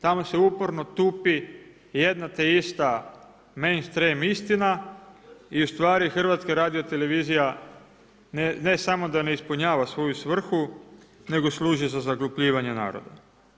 Tamo se uporno tupi jedno te ista main stream istina i ustvari HRT, ne samo da ne ispunjava svoju svrhu, nego služi za zaglupljivanje naroda.